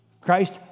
Christ